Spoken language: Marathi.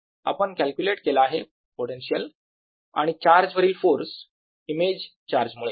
तर आपण कॅल्क्युलेट केला आहे पोटेन्शियल आणि चार्ज वरील फोर्स इमेज चार्ज मुळे